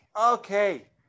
okay